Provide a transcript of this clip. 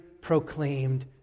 proclaimed